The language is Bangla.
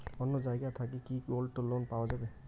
অন্য জায়গা থাকি কি গোল্ড লোন পাওয়া যাবে?